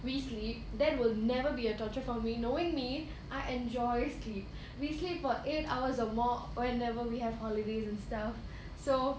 we sleep that will never be a torture for me knowing me I enjoy sleep we sleep for eight hours or more whenever we have holidays and stuff so